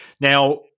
Now